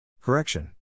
Correction